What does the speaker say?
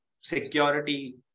security